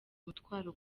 umutwaro